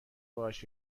باهاش